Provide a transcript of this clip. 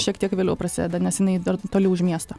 šiek tiek vėliau prasideda nes jinai dar toli už miesto